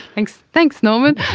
thanks thanks norman!